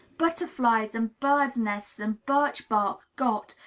butterflies and birds' nests and birch-bark got,